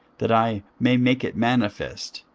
that i may make it manifest,